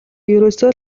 ерөөсөө